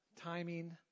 timing